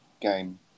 game